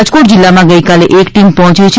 રાજકોટ જિલ્લામાં ગઇકાલે એક ટીમ પહોંચી છે